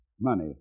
Money